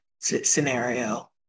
scenario